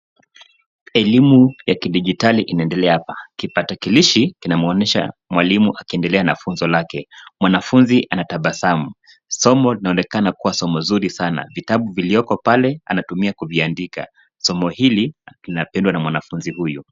Elimu ya kidijitali inaendelea hapa. Kipakatalishi kinamwonesha mwalimu akiendelea na funzo lake. Mwanafunzi anatabasamu. Somo inaonekana kua somo nzuri sana. Vitabu vilioko pale anatumia kuviandika. Somo hili linapendwa na mwanafunzi huyu.